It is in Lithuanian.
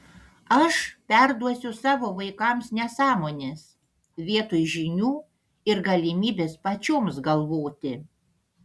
aš perduosiu savo vaikams nesąmones vietoj žinių ir galimybės pačioms galvoti